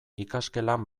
ikasgelan